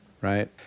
right